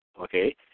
okay